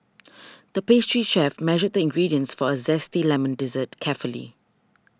the pastry chef measured the ingredients for a Zesty Lemon Dessert carefully